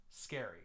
Scary